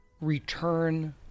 return